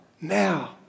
now